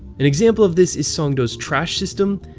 an example of this is songdo's trash system,